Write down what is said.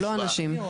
לא אנשים.